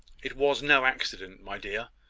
it was no accident, my dear.